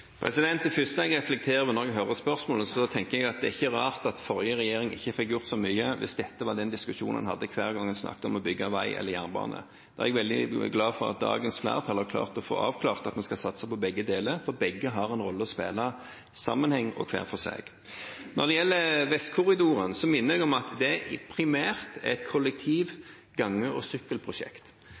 jeg reflekterer over det jeg hører i spørsmålet, tenker jeg at det er ikke rart den forrige regjeringen ikke fikk gjort så mye hvis dette var diskusjonen man hadde hver gang man snakket om å bygge vei eller jernbane. Jeg er veldig glad for at dagens flertall har fått avklart at vi skal satse på begge deler, for begge har en rolle å spille – sammen og hver for seg. Når det gjelder Vestkorridoren, minner jeg om at det primært er et kollektiv-, gang- og sykkelprosjekt.